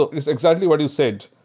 it's exactly what you said.